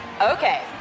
Okay